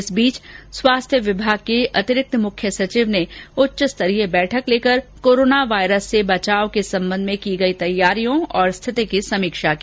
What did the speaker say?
इस बीच स्वास्थ्य विभाग के अतिरिक्त मुख्य सचिव ने उच्च स्तरीय बैठक लेकर कोरोना वायरस से बचाव के सम्बन्ध में की गई तैयारियों और स्थिति की समीक्षा की